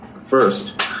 First